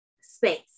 space